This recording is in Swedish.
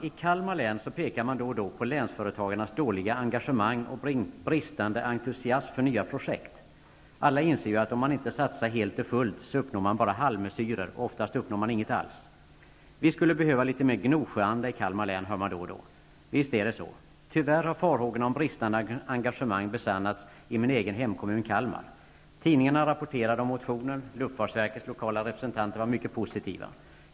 I Kalmar län pekar man då och då på länsföretagarnas dåliga engagemang och bristande entusiasm för nya projekt. Alla inser ju att om man inte satsar helt och fullt, uppnår man bara halvmesyrer, och oftast uppnår man inget alls. Vi skulle behöva litet mera Gnosjöanda i Kalmar län, hör man då och då. Visst är det så. Tyvärr har farhågorna om bristande engagemang besannats i min egen hemkommun Kalmar. Tidningarna rapporterade om min motion. Luftfartsverkets lokala representanter var mycket positiva.